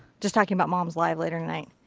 just talking about mom's live later tonight.